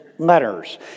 Letters